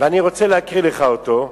ואני רוצה להקריא לך אותו,